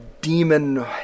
demon